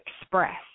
express